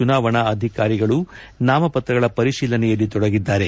ಚುನಾವಣಾ ಅಧಿಕಾರಿಗಳು ನಾಮಪತ್ರಗಳ ಪರಿತೀಲನೆಯಲ್ಲಿ ತೊಡಗಿದ್ದಾರೆ